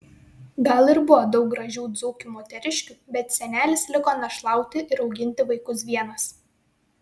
gal ir buvo daug gražių dzūkių moteriškių bet senelis liko našlauti ir auginti vaikus vienas